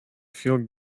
feel